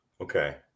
Okay